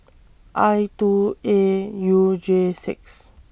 I two A U J six